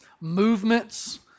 movements